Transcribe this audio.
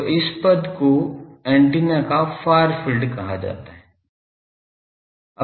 तो इस पद को एंटीना का फार फील्ड कहा जाता है